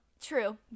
true